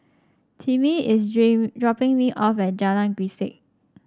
Timmie is dream dropping me off at Jalan Grisek